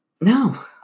No